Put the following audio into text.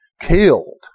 killed